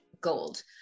gold